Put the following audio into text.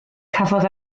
cafodd